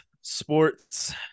sports